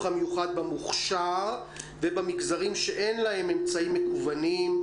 המיוחד במוכשר ובמגזרים שאין להם אמצעים מקוונים,